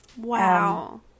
Wow